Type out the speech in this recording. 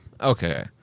Okay